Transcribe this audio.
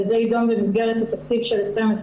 וזה יידון במסגרת תקציב 2021,